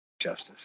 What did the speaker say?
Justice